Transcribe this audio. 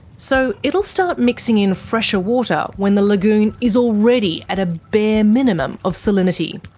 so it'll start mixing in fresher water when the lagoon is already at a bare minimum of salinity.